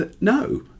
no